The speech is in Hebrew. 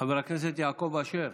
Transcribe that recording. חבר הכנסת יעקב אשר.